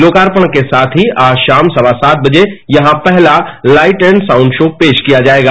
लोकार्पण के साथ ही आज शाम सवा सात बजे यहां पहला लाइट एंड साउंड शो पेश किया जाएगा